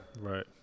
Right